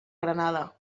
granada